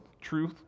truth